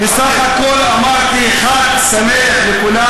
בסך הכול אמרתי: חג שמח לכולם.